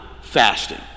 fasting